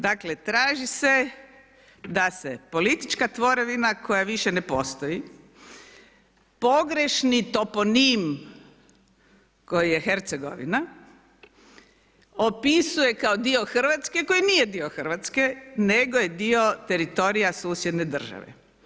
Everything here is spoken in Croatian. Dakle traži se da se politička tvorevina koja više ne postoji pogrešni toponim koji je Hercegovina, opisuje kao dio Hrvatske koji nije dio Hrvatske, nego je dio teritorija susjedne države.